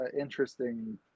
interesting